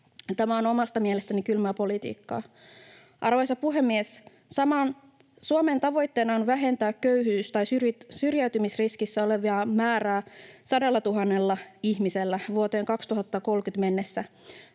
Tämä on omasta mielestäni kylmää politiikkaa. Arvoisa puhemies! Suomen tavoitteena on vähentää köyhyys- tai syrjäytymisriskissä olevien määrää 100 000 ihmisellä vuoteen 2030 mennessä.